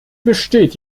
besteht